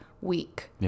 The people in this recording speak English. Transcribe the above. week